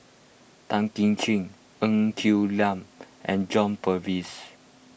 Tan Kim Ching Ng Quee Lam and John Purvis